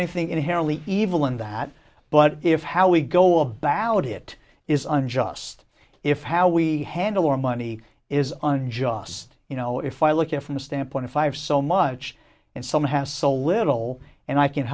a thing inherently evil in that but if how we go about it is unjust if how we handle our money is unjust you know if i look at from a standpoint five so much and some have so little and i can